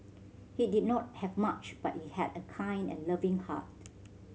he did not have much but he had a kind and loving heart